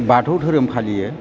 बाथौ धोरोम फालियो